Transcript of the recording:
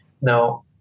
Now